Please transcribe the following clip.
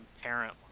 parent